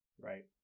Right